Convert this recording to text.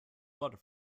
water